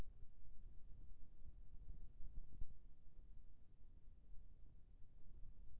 खाता खोले के साथ म ही आधार कारड लिंक होथे जाही की?